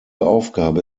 aufgabe